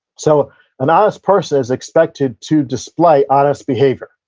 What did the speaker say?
so an honest person is expected to display honest behavior,